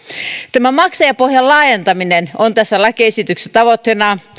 tämä maksajapohjan laajentaminen on tässä lakiesityksessä tavoitteena